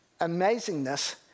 amazingness